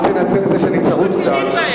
שיטפלו בזה.